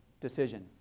decision